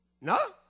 No